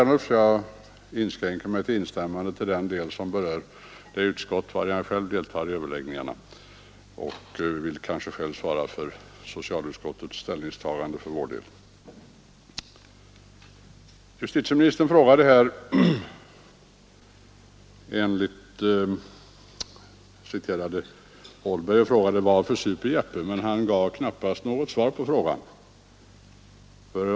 När det gäller justitieutskottets betänkande inskränker jag mig till att instämma med herr Ernulf och skall själv redogöra för vårt ställningstagande i socialutskottet. Justitieministern citerade här Holberg och frågade: ”Varför super Jeppe?” Men han gav knappast något svar på denna fråga.